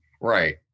Right